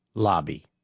lobby